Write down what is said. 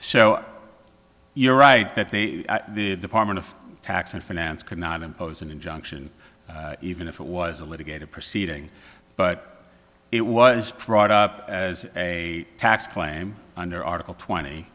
so you're right that the department of tax and finance could not impose an injunction even if it was a litigator proceeding but it was brought up as a tax claim under article twenty